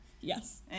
Yes